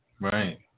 right